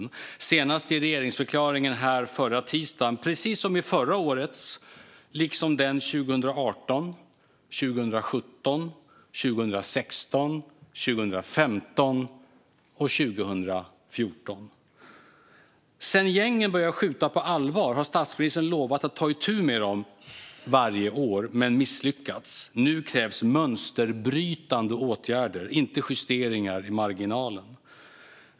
Han lovade det i den här salen i regeringsförklaringen senast förra tisdagen, precis som i förra årets regeringsförklaring liksom i den 2018, 2017, 2016, 2015 och 2014. Sedan gängen började skjuta på allvar har statsministern varje år lovat att ta itu med dem men misslyckats. Nu krävs det mönsterbrytande åtgärder, inte justeringar i marginalen.